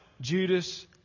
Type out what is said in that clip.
Judas